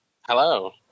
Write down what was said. Hello